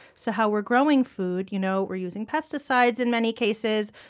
so how we're growing food you know we're using pesticides in many cases,